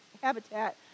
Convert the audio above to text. Habitat